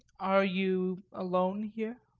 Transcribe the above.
are you alone here?